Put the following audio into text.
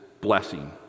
blessing